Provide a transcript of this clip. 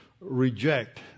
reject